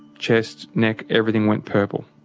chest, neck. everything went purple.